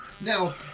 Now